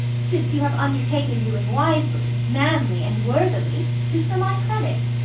since you have undertaken doing wisely, manly, and worthily, tis for my credit,